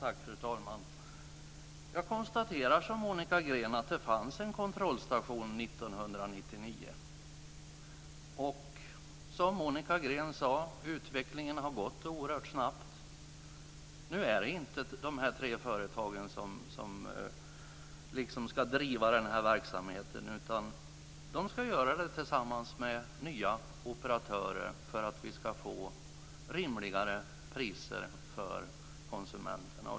Fru talman! Jag konstaterar, som Monica Green, att det fanns en kontrollstation 1999. Som Monica Green sade har utvecklingen gått oerhört snabbt. Nu är det inte dessa tre företag som ska driva denna verksamhet, utan de ska göra det tillsammans med nya operatörer för att vi ska få rimligare priser för konsumenterna.